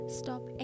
stop